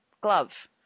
glove